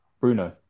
Bruno